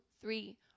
three